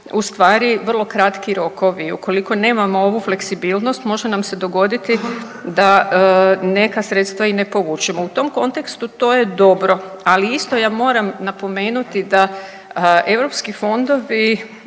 u stvari vrlo kratki rokovi. Ukoliko nemamo ovu fleksibilnost može nam se dogoditi da neka sredstva i ne povučemo. U tom kontekstu to je dobro, ali isto ja moram napomenuti da europski fondovi